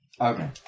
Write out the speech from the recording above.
Okay